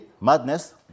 madness